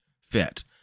fit